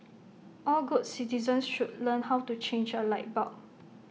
all good citizens should learn how to change A light bulb